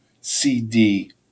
CD